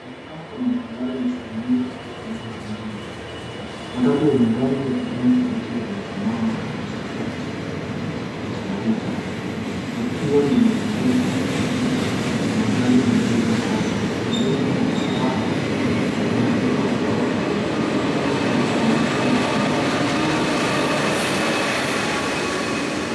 Inaonekana kuna barabara enye shuguli nyingi katika eneo la mjini. Matatu yenye rangi ya kijani kibichi yamesimama katikati ya picha likiwa limezungukwa na magari mengine na watu. Pembeni mwa barabara kuna majengo ya ghorofa yaliyojaa maduka na biashara mbalimbali.